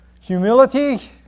Humility